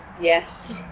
Yes